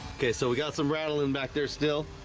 okay so we got some rattling back there still